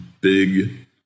big